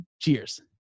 cheers